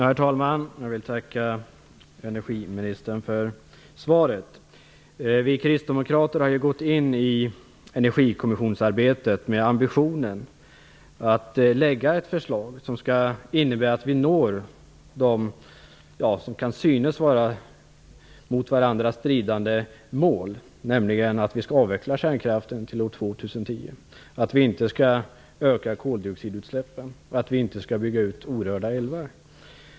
Herr talman! Jag vill tacka energiministern för svaret. Vi kristdemokrater har gått in i arbetet i Energikommissionen med ambitionen att lägga fram ett förslag som skall innebära att vi når de till synes mot varandra stridande målen, nämligen att vi skall avveckla kärnkraften till år 2010, att vi inte skall öka koldioxidutsläppen och att vi inte skall bygga ut orörda älvar.